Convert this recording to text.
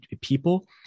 people